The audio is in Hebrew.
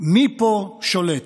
מי פה שולט,